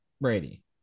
Brady